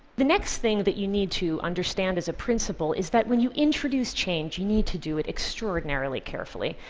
the next thing that you need to understand as a principle is that when you introduce change, you need to do it extraordinarily carefully.